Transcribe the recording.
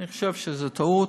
אני חושב שזו טעות,